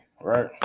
right